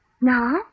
Now